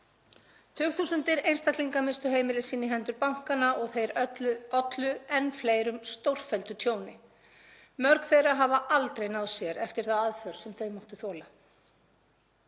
Tugþúsundir einstaklinga misstu heimili sín í hendur bankanna og þeir ollu enn fleirum stórfelldu tjóni. Mörg þeirra hafa aldrei náð sér eftir þá aðför sem þau máttu þola.